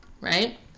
Right